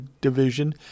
Division